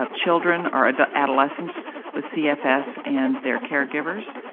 ah children, or and adolescents with cfs, and their caregivers.